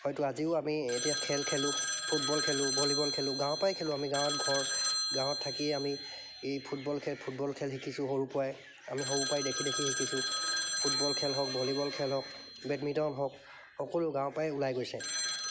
হয়টো আজিও আমি এতিয়া খেল খেলোঁ ফুটবল খেলোঁ ভলীবল খেলোঁ গাঁৱৰ পৰাই খেলোঁ আমি গাঁৱত ঘৰ গাঁৱত থাকিয়ে আমি এই ফুটবল খেল ফুটবল খেল শিকিছোঁ সৰু পৰাই আমি সৰুপাই দেখি দেখি শিকিছোঁ ফুটবল খেল হওক ভলীবল খেল হওক বেডমিণ্টন হওক সকলো গাঁৱৰ পৰাই ওলাই গৈছে